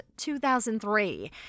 2003